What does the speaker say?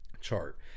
chart